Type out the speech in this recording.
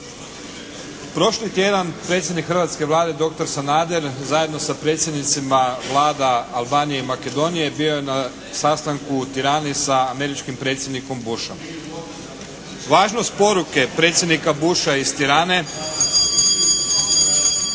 Prošli tjedan predsjednik hrvatske Vlade dr. Sanader zajedno sa predsjednicima Vlada Albanije i Makedonije bio je na sastanku u Tirani sa američkim predsjednikom Bushom. Važnost poruke predsjednika Busha iz Tirane